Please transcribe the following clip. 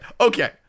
okay